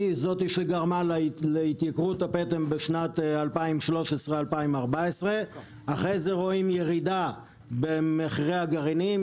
היא זאת שגרמה להתייקרות הפטם בשנים 2014-2013. אחרי זה רואים ירידה במחירי הגרעינים,